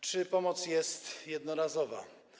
Czy pomoc jest jednorazowa?